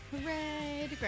Hooray